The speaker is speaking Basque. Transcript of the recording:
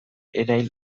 erail